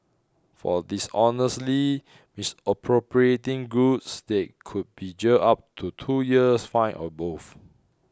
for dishonestly misappropriating goods they could be jailed up to two years fined or both